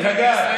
דרך אגב,